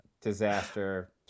disaster